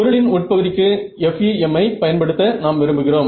பொருளின் உட்பகுதிக்கு FEM ஐ பயன்படுத்த நாம் விரும்புகிறோம்